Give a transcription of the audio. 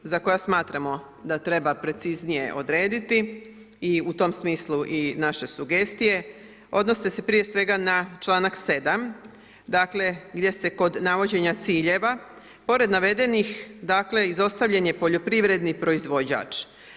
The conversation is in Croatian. Pitanja za koja smatramo da treba preciznije odrediti i u tom smislu i naše sugestije, odnose se prije svega na članak 7. gdje se kod navođenja ciljeva pored navedenih dakle, izostavljen je poljoprivredni proizvođač.